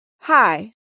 Hi